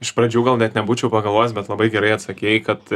iš pradžių gal net nebūčiau pagalvojęs bet labai gerai atsakei kad